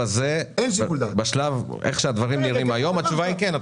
איך שהדברים נראים היום, התשובה היא, כן.